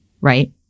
right